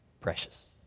Precious